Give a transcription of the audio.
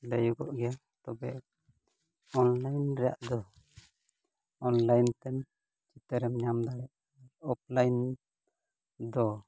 ᱞᱟᱹᱭᱳᱜᱚ ᱜᱮᱭᱟ ᱛᱚᱵᱮ ᱚᱱᱞᱟᱭᱤᱱ ᱨᱮᱭᱟᱜ ᱫᱚ ᱚᱱᱞᱟᱭᱤᱱ ᱛᱮᱢ ᱪᱤᱛᱟᱹᱨᱮᱢ ᱧᱟᱢ ᱫᱟᱲᱮᱭᱟᱜᱼᱟ ᱚᱯᱷᱞᱟᱭᱤᱱ ᱫᱚ